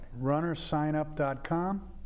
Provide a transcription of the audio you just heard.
Runnersignup.com